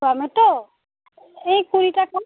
tomato এই কুড়ি টাকা